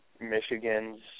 Michigan's